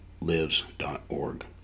lives.org